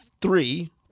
three